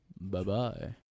Bye-bye